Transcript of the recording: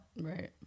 Right